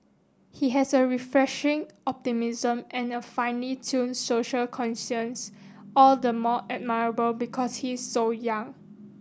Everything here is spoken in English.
he has a refreshing optimism and a finely tuned social conscience all the more admirable because he is so young